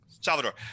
Salvador